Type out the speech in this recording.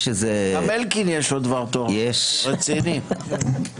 גם לאלקין יש דבר תורה, רציני, בלי הגבלת זמן.